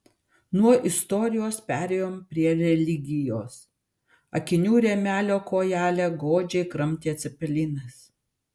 nuo istorijos perėjom prie religijos akinių rėmelio kojelę godžiai kramtė cepelinas